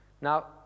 Now